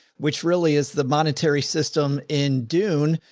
which really is the monetary system in dune.